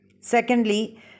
secondly